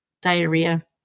diarrhea